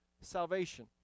salvation